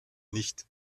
nicht